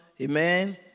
Amen